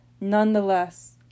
Nonetheless